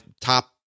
top